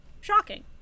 Shocking